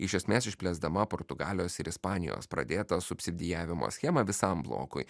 iš esmės išplėsdama portugalijos ir ispanijos pradėtą subsidijavimo schemą visam blokui